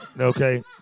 Okay